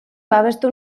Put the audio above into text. babestu